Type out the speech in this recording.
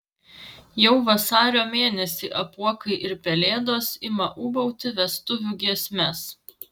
jau vasario mėnesį apuokai ir pelėdos ima ūbauti vestuvių giesmes